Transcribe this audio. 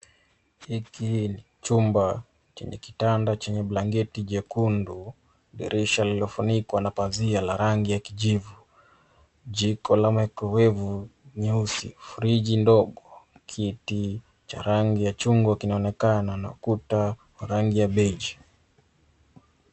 Hiki ni chumba chenye kitanda chenye blanketi jekundu, dirisha lililofunikwa na pazia la rangi ya kijivu. Jiko la microwevu nyeusi, friji ndogo, kiti cha rangi ya chungwa kinaonekana na ukuta wa rangi ya beige .